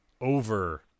over